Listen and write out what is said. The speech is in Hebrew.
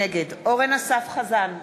נגד אורן אסף חזן,